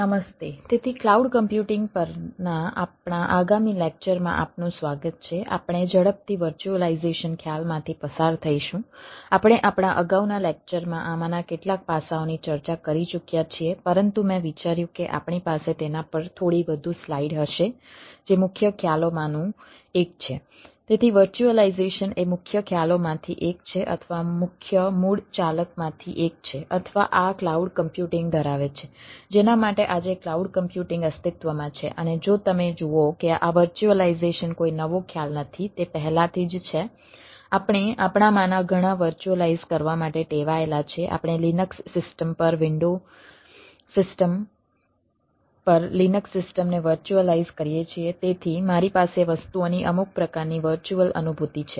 નમસ્તે તેથી cloud computing અનુભૂતિ છે